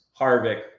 Harvick